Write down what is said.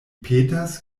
petas